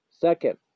Second